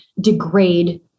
degrade